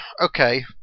okay